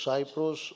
Cyprus